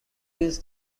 this